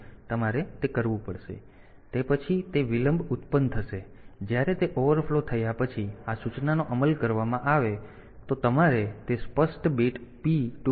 તેથી તે પછી તે વિલંબ ઉત્પન્ન થશે તે પછી જ્યારે તે ઓવરફ્લો થયા પછી આ સૂચનાનો અમલ કરવામાં આવે તો તમારે તે સ્પષ્ટ બીટ P 2